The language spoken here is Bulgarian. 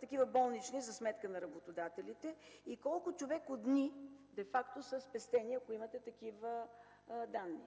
такива болнични за сметка на работодателите, и колко човекодни де факто са спестени, ако имате такива данни?